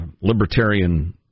libertarian